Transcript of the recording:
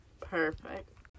Perfect